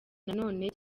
nanone